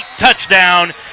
touchdown